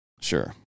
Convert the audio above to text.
Sure